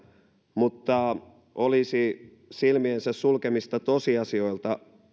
mutta olisi silmiensä sulkemista tosiasioilta